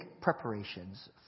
preparations